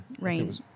Rain